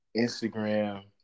Instagram